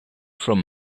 from